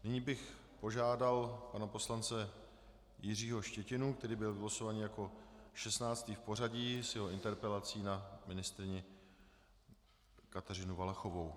Nyní bych požádal pana poslance Jiřího Štětinu, který byl vylosován jako 16. v pořadí, s jeho interpelací na ministryni Kateřinu Valachovou.